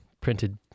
printed